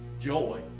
joy